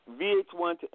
VH1